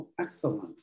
Excellent